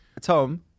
Tom